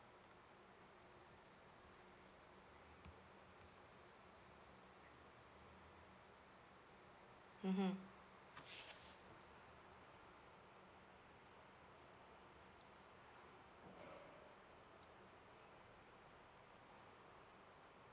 mmhmm